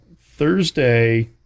Thursday